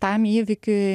tam įvykiui